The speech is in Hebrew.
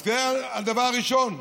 אז זה הדבר הראשון.